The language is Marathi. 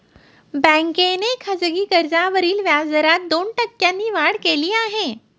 बँकेने खासगी कर्जावरील व्याजदरात दोन टक्क्यांनी वाढ केली आहे